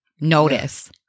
notice